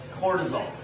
cortisol